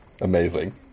Amazing